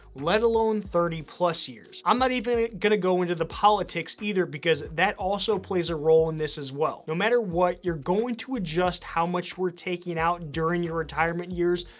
let alone thirty plus years. i'm not even gonna go into the politics either, because that also plays a role in this as well. no matter what you're going to adjust how much we're taking out during your retirement years,